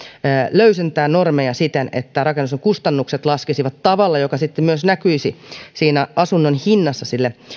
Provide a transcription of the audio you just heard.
löysentää normeja siten että rakentamisen kustannukset laskisivat tavalla joka sitten myös näkyisi asunnon hinnassa